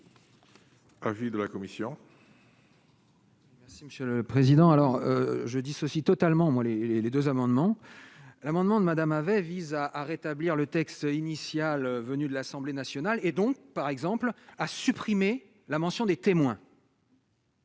Avis de la commission. Si Monsieur le Président, alors je dissocie totalement moi les les 2 amendements à l'amendement de Madame avait vise à à rétablir le texte initial venus de l'Assemblée nationale et donc, par exemple, a supprimé la mention des témoins.